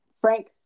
Frank